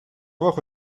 bajo